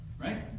Right